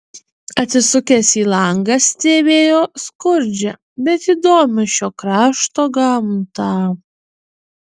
atsisukęs į langą stebėjo skurdžią bet įdomią šio krašto gamtą